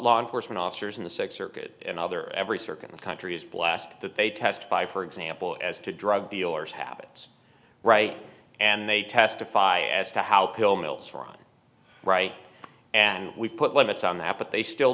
law enforcement officers in the sec circuit and other every circuit and countries blast that they testify for example as to drug dealers habits right and they testify as to how pill mills fraud right and we put limits on that but they still